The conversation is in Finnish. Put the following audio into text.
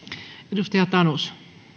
arvoisa puhemies niin